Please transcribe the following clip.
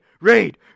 raid